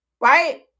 right